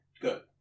Good